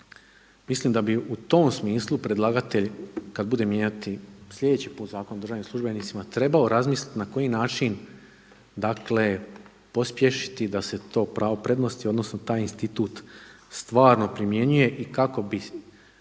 mislim da bi u tom smisli predlagatelj kada bude mijenjati sljedeći put Zakon o državnim službenicima, trebao razmisliti na koji način pospješiti da se to pravo prednosti odnosno taj institut stvarno primjenjuje i kako bi